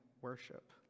worship